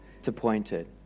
disappointed